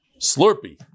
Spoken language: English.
Slurpee